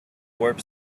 warp